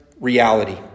reality